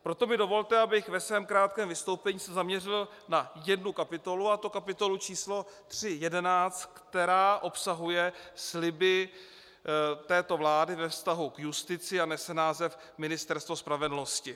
Proto mi dovolte, abych se ve svém krátkém vystoupení zaměřil na jednu kapitolu, a to kapitolu číslo 3.11, která obsahuje sliby této vlády ve vztahu k justici a nese název Ministerstvo spravedlnosti.